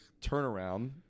turnaround